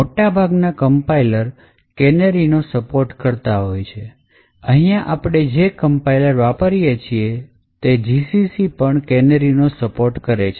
મોટાભાગના કંપાઇલરs કેનેરીનો સપોર્ટ કરતા હોય છે અહીંયા આપણે જે કંપાઇલરs વાપરીયે છીએ gcc તે પણ કેનેરીનો સપોર્ટ કરે છે